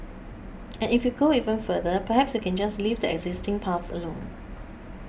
and if you go even further perhaps you can just leave the existing paths alone